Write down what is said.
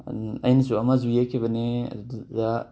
ꯑꯩꯅꯁꯨ ꯑꯃꯁꯨ ꯌꯦꯛꯈꯤꯕꯅꯦ ꯑꯗꯨꯗ